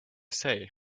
say